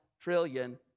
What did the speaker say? trillion